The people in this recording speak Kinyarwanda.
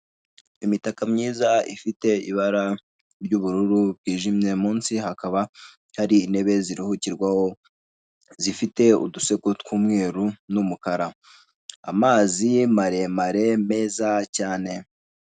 Imitaka myiza ifite ibara ry'ubururu bwijimye, mu nsi hakaba hari intebe ziruhukirwaho zifite udusego tw'umweru n'umukara, amazi maremare meza cyane.